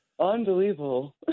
Unbelievable